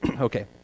okay